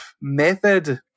Method